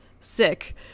sick